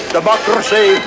Democracy